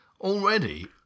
already